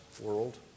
world